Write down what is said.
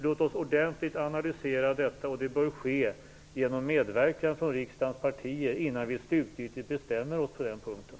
Låt oss ordentligt analysera detta, med medverkan av riksdagens partier, innan vi slutgiltigt bestämmer oss på den punkten.